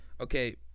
Okay